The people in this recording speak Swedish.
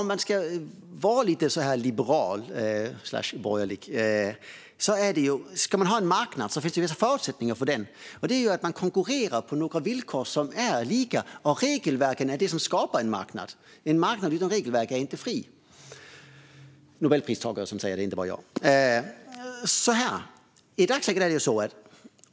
Om jag ska vara lite liberal, eller borgerlig, kan jag säga att det måste finnas vissa förutsättningar om man ska ha en marknad. Konkurrens på lika villkor är en sådan förutsättning, och regelverken är det som skapar en marknad. En marknad utan regelverk är inte fri - Nobelpristagare säger detta; det är inte bara jag.